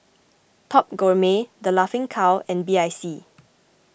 Top Gourmet the Laughing Cow and B I C